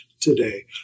today